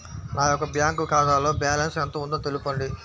నా యొక్క బ్యాంక్ ఖాతాలో బ్యాలెన్స్ ఎంత ఉందో తెలపండి?